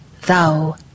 thou